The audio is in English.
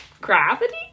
Gravity